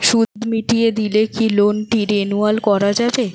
সুদ মিটিয়ে দিলে কি লোনটি রেনুয়াল করাযাবে?